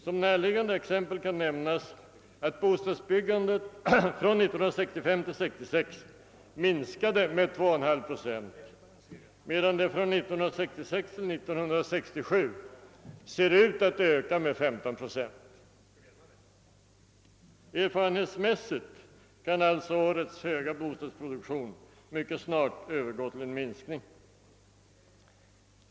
Som närliggande exempel kan nämnas att bostadsbyggandet från 1965 till 1966 minskade med 2,5 procent, medan det från 1966 till 1967 ser ut att öka med 15 procent. Erfarenhetsmässigt kan alltså årets höga bostadsproduktion mycket snart övergå till en minskning.